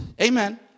Amen